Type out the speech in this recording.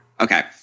Okay